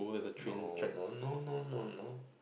no no no no no no